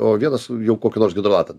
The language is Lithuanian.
o vienas jau kokio nors hidrolato